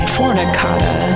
Fornicata